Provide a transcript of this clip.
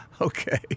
Okay